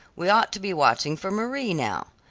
we ought to be watching for marie now.